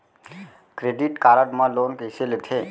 Credit card मा loan कइसे लेथे?